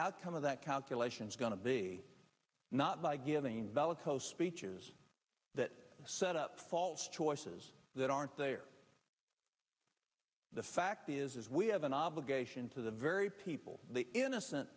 outcome of that calculus it's going to be not by giving bellicose speeches that set up false choices that aren't there the fact is we have an obligation to the very people the innocent